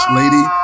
lady